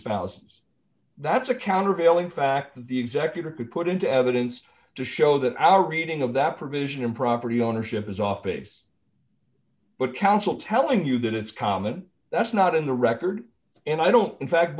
spouses that's a countervailing fact the executor could put into evidence to show that our reading of that provision in property ownership is off base but counsel telling you that it's common that's not in the record and i don't in fact